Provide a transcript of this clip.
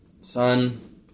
Son